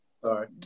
Sorry